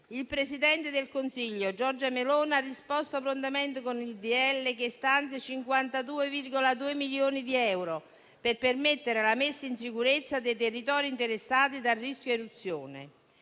il presidente del Consiglio Giorgia Meloni ha risposto prontamente con il decreto-legge che stanzia 52,2 milioni di euro per permettere la messa in sicurezza dei territori interessati dal rischio eruzione.